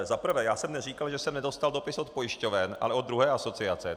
Za prvé já jsem neříkal, že jsem dostal dopis od pojišťoven, ale od druhé asociace.